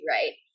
Right